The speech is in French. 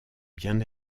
bien